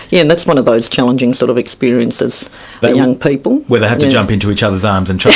yeah and that's one of those challenging sort of experiences for but young people. where they have to jump into each other's arms and trust